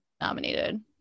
nominated